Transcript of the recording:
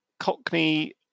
cockney